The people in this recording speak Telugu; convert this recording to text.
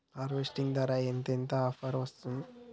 హార్వెస్టర్ ధర ఎంత ఎంత ఆఫర్ వస్తుంది?